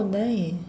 oh nice